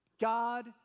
God